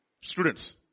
Students